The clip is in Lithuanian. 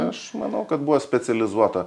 aš manau kad buvo specializuota